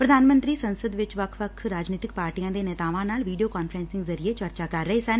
ਪ੍ਰਧਾਨ ਮੰਤਰੀ ਸੰਸਦ ਵਿਚ ਵੱਖ ਵੱਖ ਰਾਜਨੀਤਿਕ ਪਾਰਟੀਆਂ ਦੇ ਨੇਤਾਵਾਂ ਨਾਲ ਵੀਡੀਓ ਕਾਨਫਰੰਸਿੰਗ ਜ਼ਰੀਏ ਚਰਚਾ ਕਰ ਰਹੇ ਸਨ